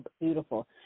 beautiful